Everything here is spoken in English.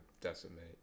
decimate